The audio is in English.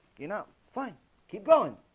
you know fine keep going